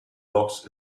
loks